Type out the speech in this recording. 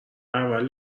اول